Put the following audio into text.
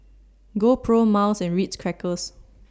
GoPro Miles and Ritz Crackers